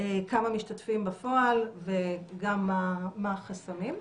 כמה משתתפים בפועל וגם מה החסמים.